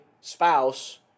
spouse